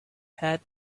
had